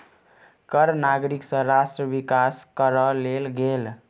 कर नागरिक सँ राष्ट्र विकास करअ लेल गेल